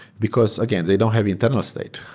because, again, they don't have internal state,